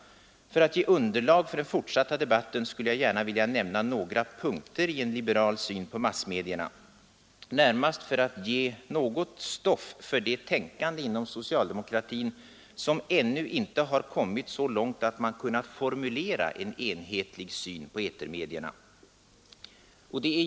För att ge underlag för den fortsatta debatten skulle jag gärna vilja nämna några punkter i en liberal syn på massmedierna, närmast för att ge något stoff för det tänkande inom socialdemokratin som ännu inte har kommit så långt att man kunnat formulera en enhetlig syn på etermedierna.